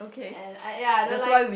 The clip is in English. and I ya I don't like